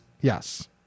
Yes